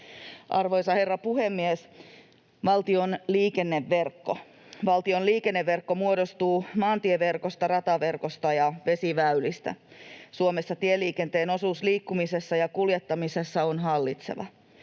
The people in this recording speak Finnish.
Arvoisa herra puhemies! Valtion liikenneverkko: Valtion liikenneverkko muodostuu maantieverkosta, rataverkosta ja vesiväylistä. Suomessa tieliikenteen osuus liikkumisessa ja kuljettamisessa on hallitseva.